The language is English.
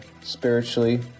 spiritually